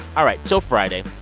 all right, till friday.